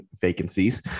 vacancies